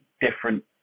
different